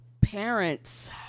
parents